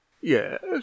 yes